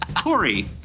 Corey